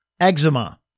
Eczema